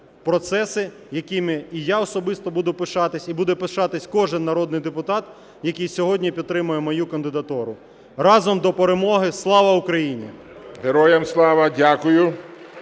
процеси, якими і я особисто буду пишатися, і буде пишатися кожен народний депутат, який сьогодні підтримає мою кандидатуру. Разом до перемоги! Слава Україні! ГОЛОВУЮЧИЙ. Героям слава! Дякую.